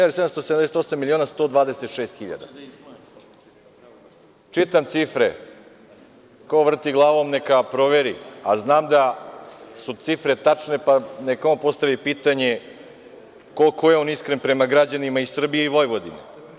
Čitam cifre, ko vrti glavom neka proveri, a znam da su cifre tačne, pa neka on postavi pitanje koliko je on iskren prema građanima i Srbije i Vojvodine.